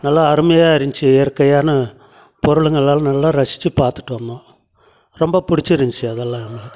நல்லா அருமையாகருந்துச்சி இயற்கையான பொருளுங்களை எல்லாம் நல்லா ரசிச்சு பார்த்துட்டு வந்தோம் ரொம்ப பிடிச்சிருந்துச்சி அதெல்லாம்